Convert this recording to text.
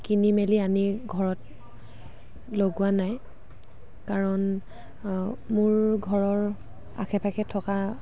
কিনি মেলি আনি ঘৰত লগোৱা নাই কাৰণ মোৰ ঘৰৰ আশে পাশে থকা